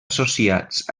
associats